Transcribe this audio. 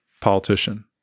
politician